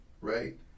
right